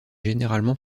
généralement